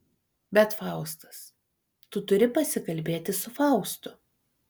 bet faustas tu turi pasikalbėti su faustu